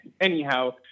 Anyhow